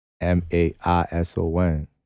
M-A-I-S-O-N